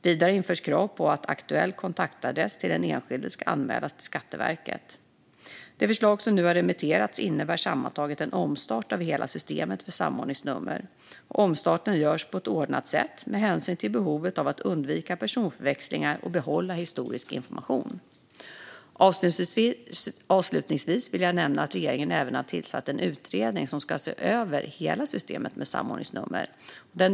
Vidare införs krav på att aktuell kontaktadress till den enskilde ska anmälas till Skatteverket. De förslag som nu har remitterats innebär sammantaget en omstart av hela systemet för samordningsnummer. Omstarten görs på ett ordnat sätt, med hänsyn till behovet av att undvika personförväxlingar och behålla historisk information. Avslutningsvis vill jag nämna att regeringen även har tillsatt en utredning som ska se över hela systemet med samordningsnummer.